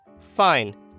fine